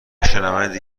شنونده